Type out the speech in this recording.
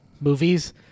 movies